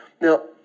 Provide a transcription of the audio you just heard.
Now